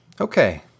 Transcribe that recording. okay